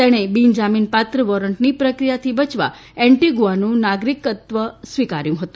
તેણે બીનજામીન પાત્ર વોરંટની પ્રક્રિયાથી બચવા એન્ટીગુઆનું નાગરિકત્વ સ્વિકાર્યું છે